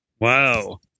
Wow